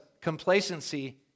complacency